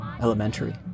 Elementary